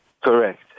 Correct